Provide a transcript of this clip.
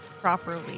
properly